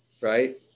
right